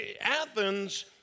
Athens